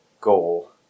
goal